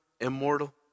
immortal